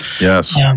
Yes